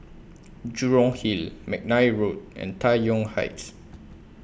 Jurong Hill Mcnair Road and Tai Yuan Heights